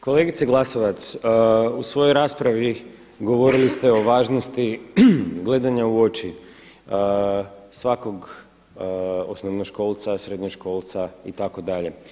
Kolegice Glasovac, u svojoj raspravi govorili ste o važnosti gledanja u oči svakog osnovnoškolca, srednjoškolca itd.